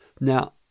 Now